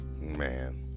Man